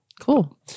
Cool